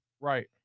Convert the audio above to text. Right